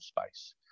space